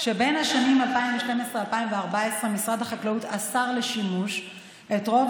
בשנים 2012 2014 משרד החקלאות אסר לשימוש את רוב